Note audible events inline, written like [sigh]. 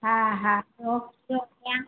हा हा ओके [unintelligible]